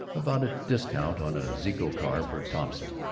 about a discount on a zeeco car for thompson.